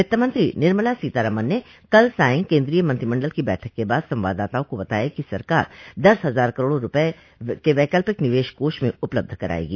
वित्तमंत्री निर्मला सीतारमन ने कल साय केन्द्रीय मंत्रिमंडल की बैठक के बाद संवाददाताओं को बताया कि सरकार दस हजार करोड़ रुपये वकल्पिक निवेश कोष में उपलब्ध कराएगी